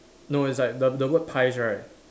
no it's like the the word pies right